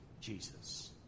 Jesus